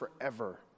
forever